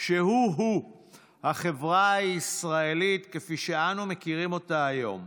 שהוא-הוא החברה הישראלית כפי שאנו מכירים אותה היום.